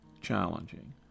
challenging